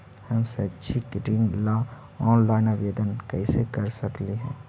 हम शैक्षिक ऋण ला ऑनलाइन आवेदन कैसे कर सकली हे?